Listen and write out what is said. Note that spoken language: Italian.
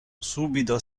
subito